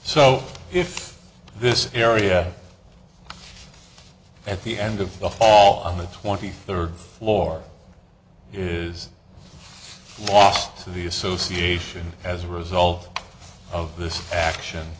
so if this area at the end of the hall on the twenty third floor is off to the association as a result of this action